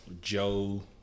Joe